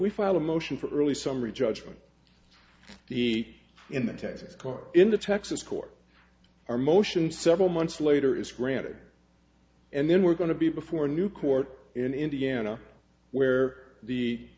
file a motion for early summary judgment he in the texas car in the texas court our motion several months later is granted and then we're going to be before a new court in indiana where the